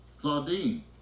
Claudine